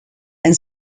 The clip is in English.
and